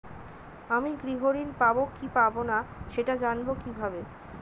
আমি গৃহ ঋণ পাবো কি পাবো না সেটা জানবো কিভাবে?